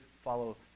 follow